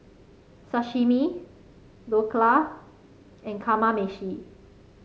Sashimi Dhokla and Kamameshi